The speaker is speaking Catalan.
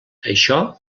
això